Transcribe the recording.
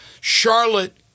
Charlotte